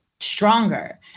stronger